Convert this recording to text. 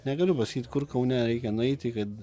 negaliu pasakyt kur kaune reikia nueiti kad